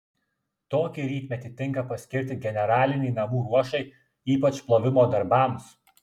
tokį rytmetį tinka paskirti generalinei namų ruošai ypač plovimo darbams